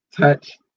touch